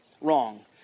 wrong